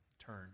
turn